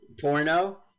Porno